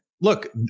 Look